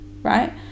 right